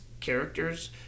Characters